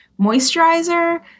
moisturizer